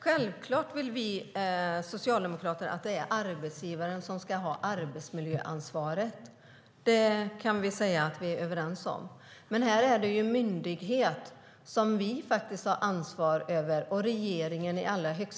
Självklart vill vi socialdemokrater att arbetsgivaren ska ha arbetsmiljöansvaret. Det kan vi säga att vi är överens om. Men detta är en myndighet som regeringen i allra högsta grad har ansvar för.